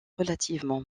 relativement